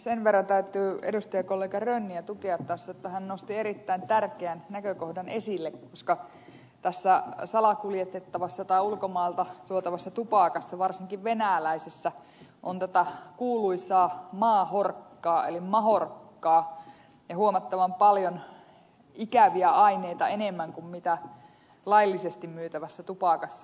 sen verran täytyy edustajakollega rönniä tukea tässä että hän nosti erittäin tärkeän näkökohdan esille koska tässä salakuljetettavassa tai ulkomailta tuotavassa tupakassa varsinkin venäläisessä on tätä kuuluisaa maahorkkaa eli mahorkkaa ja huomattavan paljon ikäviä aineita enemmän kuin mitä laillisesti myytävässä tupakassa